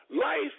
life